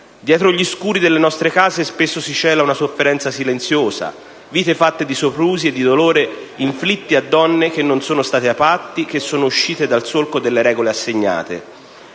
Dietro gli scuri delle nostre case spesso si cela una sofferenza silenziosa, vite fatte di soprusi e di dolore inflitti a donne che non sono state ai patti, che sono uscite dal solco delle regole assegnate.